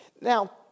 Now